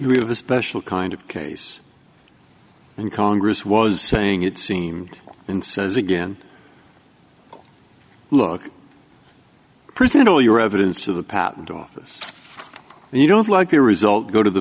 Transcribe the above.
we have a special kind of case and congress was saying it seemed and says again look personally your evidence to the patent office and you don't like the result go to the